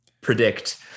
predict